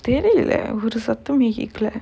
தெரில ஒரு சத்தமே கேக்கல:therila oru sathamae kekkala